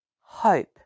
hope